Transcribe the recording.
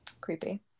Creepy